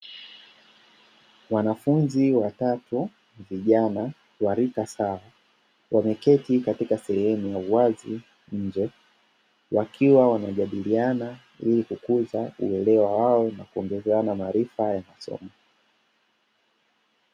Wanafunzi watatu vijana wenye rika sana wameketi katika sehemu ya uwazi nje, wakiwa wanajadiliana ili kukuza uelewa wao na kuongezeana maarifa ya masomo.